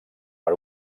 per